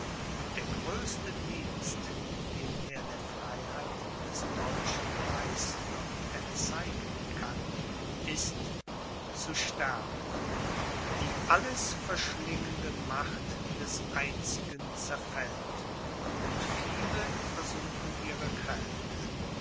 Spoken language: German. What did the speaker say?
und der größte dienst den er der freiheit des deutschen reichs noch erzeigen kann ist zu sterben die alles verschlingende macht des einzigen zerfällt und viele versuchen ihre kräfte